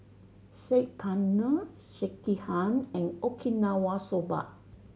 Saag Paneer Sekihan and Okinawa Soba